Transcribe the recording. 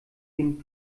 dem